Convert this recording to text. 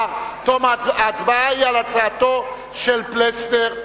ההצבעה היא על הצעתו של פלסנר.